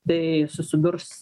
tai susidurs